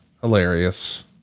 hilarious